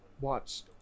watched